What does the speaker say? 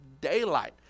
daylight